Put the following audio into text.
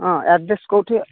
ହଁ ଆଡ୍ରେସ କେଉଁଠି